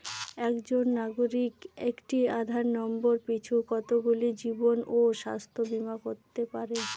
একজন নাগরিক একটি আধার নম্বর পিছু কতগুলি জীবন ও স্বাস্থ্য বীমা করতে পারে?